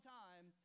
time